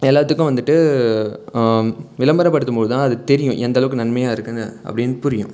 எல்லாத்துக்கும் வந்துட்டு விளம்பரப் படுத்தும் போது தான் அது தெரியும் எந்த அளவுக்கு நன்மையாக இருக்குதுன்னு அப்படின்னு புரியும்